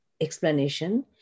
explanation